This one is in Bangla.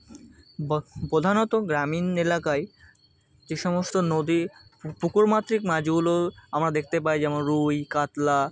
বা প্রধানত গ্রামীণ এলাকায় যে সমস্ত নদী পুকুরমাতৃক মাছগুলো আমরা দেখতে পাই যেমন রুই কাতলা